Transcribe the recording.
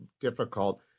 difficult